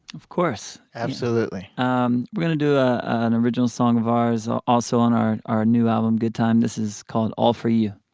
of course absolutely. um we're gonna do ah an original song of ours also on our our new album, goodtime. this is called all for you